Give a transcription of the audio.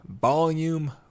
Volume